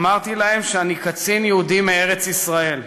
אמרתי להם שאני קצין יהודי מארץ-ישראל.